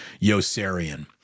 Yosarian